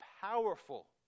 powerful